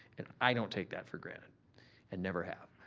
and i don't take that for granted and never have.